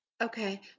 Okay